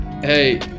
Hey